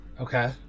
Okay